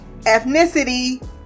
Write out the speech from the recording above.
ethnicity